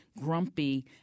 grumpy